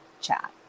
chat